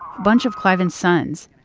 bunch of cliven's sons,